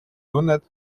tunned